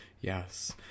yes